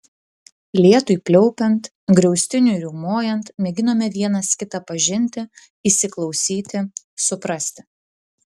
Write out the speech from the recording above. lietui pliaupiant griaustiniui riaumojant mėginome vienas kitą pažinti įsiklausyti suprasti